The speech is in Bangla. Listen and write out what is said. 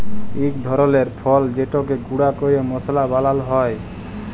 ইক ধরলের ফল যেটকে গুঁড়া ক্যরে মশলা বালাল হ্যয়